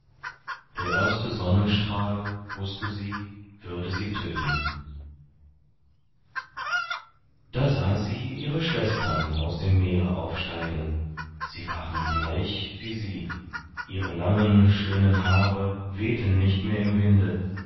der erste sonnenstrahl wußte sie würde sie töten da sah sie ihre schwestern aus dem meere aufsteigen sie waren bleich wie sie ihre langen schönen haare wehten nicht mehr im winde